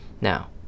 Now